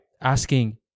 asking